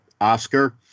Oscar